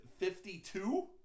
52